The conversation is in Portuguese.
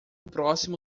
próximo